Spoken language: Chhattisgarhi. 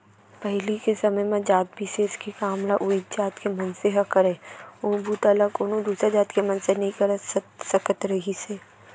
पहिली के समे म जात बिसेस के काम ल उहींच जात के मनसे ह करय ओ बूता ल कोनो दूसर जात के मनसे नइ कर सकत रिहिस हे